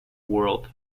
world